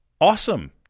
Awesome